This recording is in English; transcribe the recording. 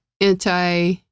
anti